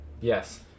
Yes